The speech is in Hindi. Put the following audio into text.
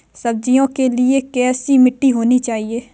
सब्जियों के लिए कैसी मिट्टी होनी चाहिए?